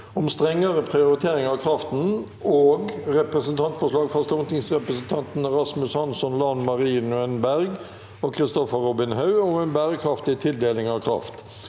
om strengere prioritering av kraften, og Representantforslag fra stortingsrepresentantene Rasmus Hansson, Lan Marie Nguyen Berg og Kristoffer Robin Haug om en bærekraftig tildeling av kraft